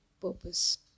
purpose